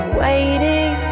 waiting